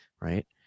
right